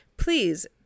Please